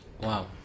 Wow